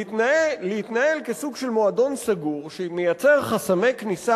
להתנהל כסוג של מועדון סגור שמייצר חסמי כניסה